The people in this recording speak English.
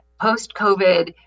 Post-COVID